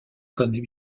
connaît